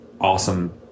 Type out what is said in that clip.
awesome